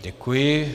Děkuji.